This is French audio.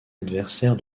adversaire